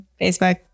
Facebook